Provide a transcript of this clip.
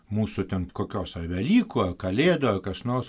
mūsų ten kokios ar velykų ar kalėdų ar kas nors